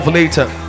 later